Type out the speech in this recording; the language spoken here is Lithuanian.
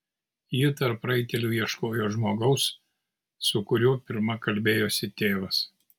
ji tarp raitelių ieškojo žmogaus su kuriuo pirma kalbėjosi tėvas